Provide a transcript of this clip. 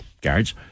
guards